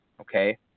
okay